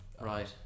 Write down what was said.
right